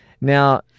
Now